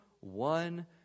one